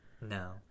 No